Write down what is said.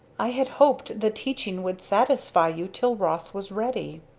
i had hoped the teaching would satisfy you till ross was ready.